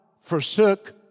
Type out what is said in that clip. forsook